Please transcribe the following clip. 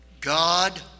God